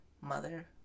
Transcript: mother